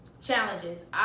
challenges